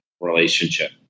relationship